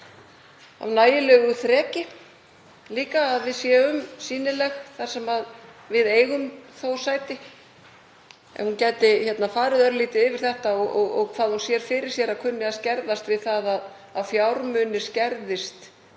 af nægilegu þreki, þannig að við séum sýnileg þar sem við eigum sæti? Ef hún gæti farið örlítið yfir þetta og hvað hún sér fyrir sér að kunni að skerðast við það að fjármunir skerðist